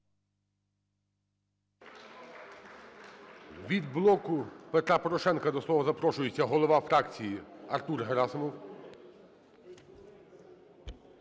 Від "Блоку Петра Порошенка" до слова запрошується голова фракції Артур Герасимов.